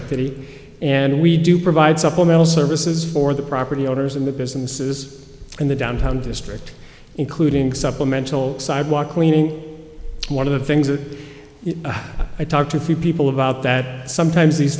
ectivity and we do provide supplemental services for the property owners and the businesses in the downtown district including supplemental sidewalk cleaning one of the things that i talked to a few people about that sometimes these